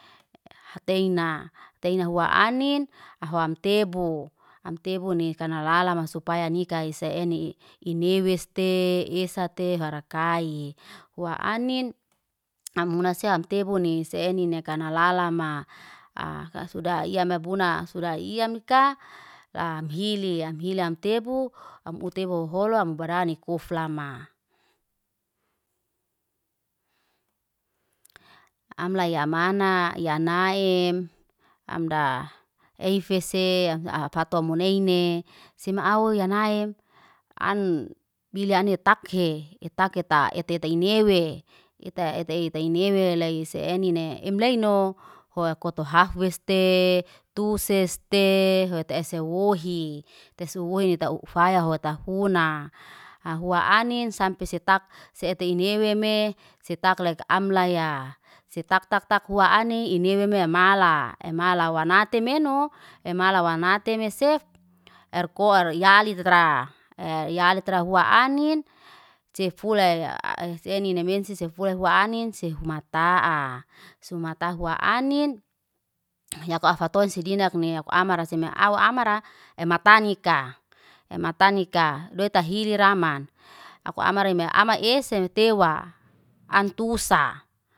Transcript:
Hak teina, teina hua anin, aho am tebu. Am tebu ni kanalalama supaya nikai se enei. Hineweste, esate, farakai. Wa anin am huna se am tebuni se enene kanalalama. Aa ka suda iyame buna suda iyam nika. Lam hili, am hili am tebu, am utebu holo am mubaranik uflama. am lam ya amana, ya naem amda eifese, am fatomuneine. Se meauw ya naem an bilianet takhe e taketa eta eta inewe. Eta eta eta inewe lei se eni ne, emleino hoa koto hafeste, tuseste hota esewohi. Teso wohi ta u ufaya ho tafuna, haua anin sampe setak se eteinewe me, setak lai amlaiya. Se tak tak tak huna anin, ineweme amala. Emala wana temenoo, emala wanate mesef, er koar yali tetra. E yali tra hua anin, sefulay arr senine mense fula hua anin, se sef mata'a. Suma tahuwa anin yak afwatoi se dinak ni aku amara seme au amara emartanika. Emartanika doita hilira aman, aku amara me ama ese tewa antusa.